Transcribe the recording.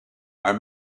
are